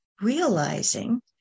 realizing